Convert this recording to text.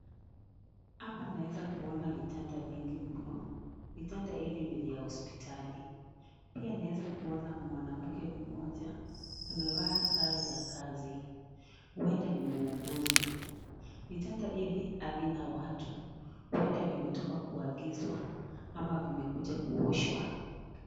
Hapa naweza kuona vitanda vingi mno. Vitanda hivi ni vya hospitali. Pia naeza kuona mwanamke mmoja amevaa sare za kazi, huenda ni muuguzi. Vitanda hivi havina watu, huenda vimetoka kuagizwa ama vimekuja kuoshwa.